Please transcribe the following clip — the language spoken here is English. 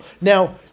Now